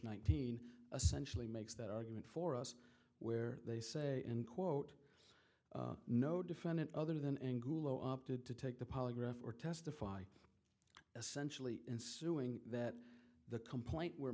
nineteen essential makes that argument for us where they say in quote no defendant other than anglo opted to take the polygraph or testify essentially in suing that the complaint we're